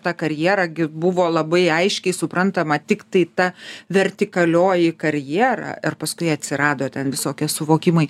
ta karjera gi buvo labai aiškiai suprantama tiktai ta vertikalioji karjera paskui atsirado ten visokie suvokimai